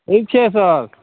ठीक छै सर